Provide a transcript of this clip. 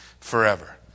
forever